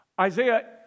Isaiah